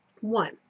One